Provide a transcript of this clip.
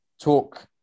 talk